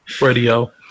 Radio